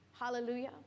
Hallelujah